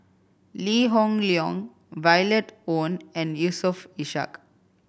Lee Hoon Leong Violet Oon and Yusof Ishak